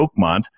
Oakmont